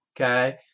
Okay